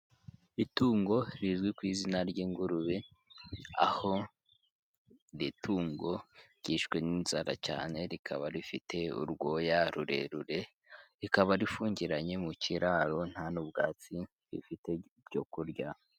Itungo rizwi ku izina ry'ingurube aho iri tungo ryishwe n'inzara cyane, rikaba rifite urwoya rurerure, rikaba rifungiranye mu kiraro nta n'ubwatsi rifite byo kurya.